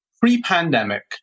pre-pandemic